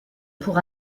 pour